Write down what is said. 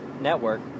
network